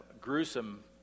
gruesome